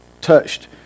touched